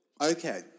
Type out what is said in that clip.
Okay